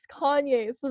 Kanye